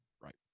right